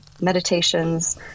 meditations